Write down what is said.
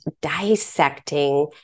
dissecting